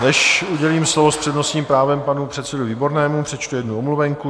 Než udělím slovo s přednostním právem panu předsedovi Výbornému přečtu jednu omluvenku.